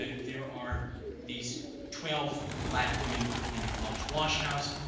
ah there are these twelve black women working in the college wash house.